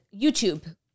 YouTube